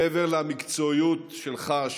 מעבר למקצועיות שלך,